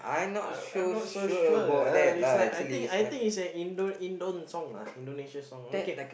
I'm not so sure uh it's like I think I think it's a Indo Indon Indonesia songs okay